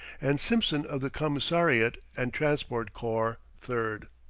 and simpson of the commissariat and transport corps third.